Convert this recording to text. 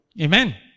Amen